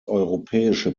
europäische